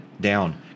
down